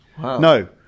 No